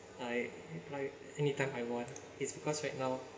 I like anytime I want it's because right now